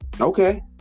Okay